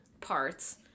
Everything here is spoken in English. parts